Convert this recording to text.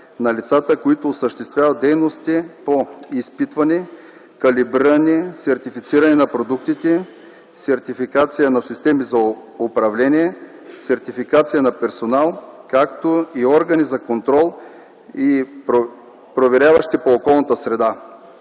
на лицата, които осъществяват дейности по изпитване, калибриране, сертифициране на продуктите, сертификация на системи за управление, сертификация на персонал, както и органи за контрол и проверяващи по околната среда.